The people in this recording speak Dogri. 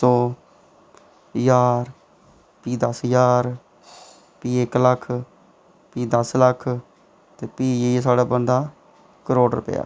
दो ज्हार भी दस्स ज्हार भी इक्क लक्ख भी दस्स लक्ख ते भी जाइयै थोह्ड़ा बनदा करोड़ रपेआ